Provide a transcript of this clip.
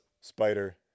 Spider